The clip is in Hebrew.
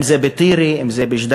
אם זה בטירה, אם זה בג'דיידה-אלמכר,